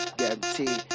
guarantee